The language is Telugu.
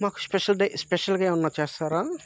మాకు స్పెషల్ డే స్పెషల్గా ఏమన్నా చేస్తారా